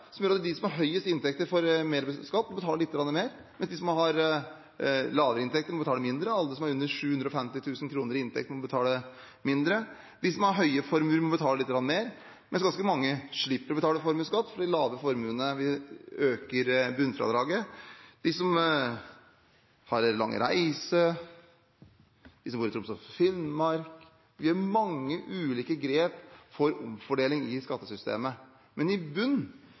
som gjør at de som har høyest inntekt, betaler litt mer skatt, mens de som har lavere inntekter, betaler mindre; alle som har mindre enn 750 000 kr i inntekt, må betale mindre. De som har høye formuer, må betale lite grann mer, mens ganske mange slipper å betale formuesskatt fordi vi øker bunnfradraget for dem med lave formuer. Vi gjør mange ulike grep for omfordeling i skattesystemet, bl.a. for dem som har lang reise, og dem som bor i Troms og Finnmark.